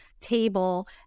table